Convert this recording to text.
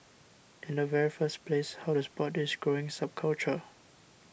in the very first place how to spot this growing subculture